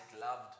loved